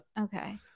Okay